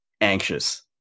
anxious